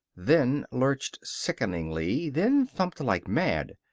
then lurched sickeningly, then thumped like mad.